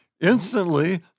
Instantly